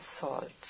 salt